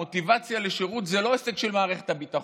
המוטיבציה לשירות זה לא עסק של מערכת הביטחון,